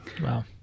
Wow